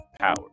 power